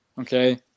Okay